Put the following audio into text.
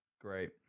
Great